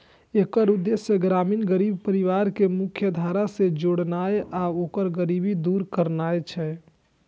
एकर उद्देश्य ग्रामीण गरीब परिवार कें मुख्यधारा सं जोड़नाय आ ओकर गरीबी दूर करनाय छै